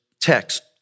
text